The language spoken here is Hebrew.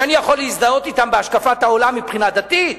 שאני יכול להזדהות אתם בהשקפת העולם מבחינה דתית.